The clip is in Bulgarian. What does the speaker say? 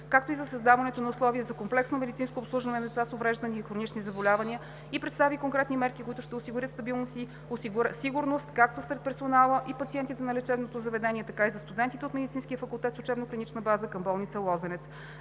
както и за създаването на условия за комплексно медицинско обслужване на деца с увреждания и хронични заболявания, и представи конкретни мерки, които ще осигурят стабилност и сигурност както сред персонала и пациентите на лечебното заведение, така и за студентите от Медицинския факултет с учебно-клинична база към болница „Лозенец“.